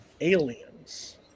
aliens